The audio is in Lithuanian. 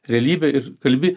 realybę ir kalbi